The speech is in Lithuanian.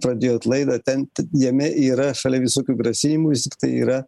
pradėjot laida ten jame yra šalia visokių grasinimų tai yra